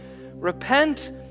repent